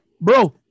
bro